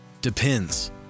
depends